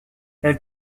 elle